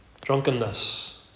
drunkenness